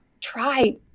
try